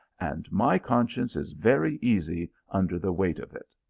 and my conscience is very easy under the weight of it.